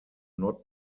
not